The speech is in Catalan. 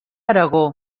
aragó